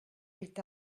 est